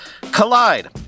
Collide